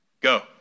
go